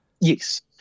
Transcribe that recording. Yes